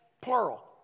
plural